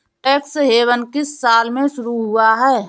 Tax haven किस साल में शुरू हुआ है?